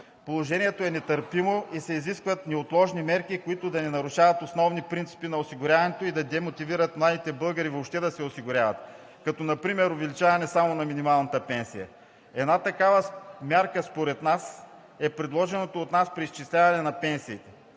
Положението е нетърпимо и се изискват неотложни мерки, които да не нарушават основните принципи на осигуряване и да не демотивират младите българи въобще да се осигуряват, като например увеличаване само на минималната пенсия. Според нас една такава мярка е предложеното от нас преизчисляване на пенсиите.